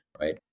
right